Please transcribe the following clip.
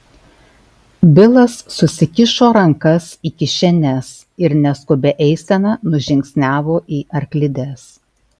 bilas susikišo rankas į kišenes ir neskubia eisena nužingsniavo į arklides